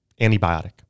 antibiotic